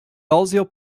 dalziel